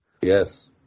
Yes